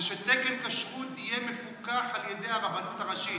שתקן כשרות יהיה מפוקח על ידי הרבנות הראשית,